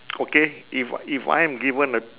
okay if I if I am given a